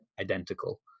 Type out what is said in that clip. identical